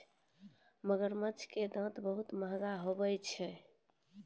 मगरमच्छ के दांत बहुते महंगा होय छै